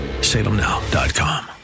Salemnow.com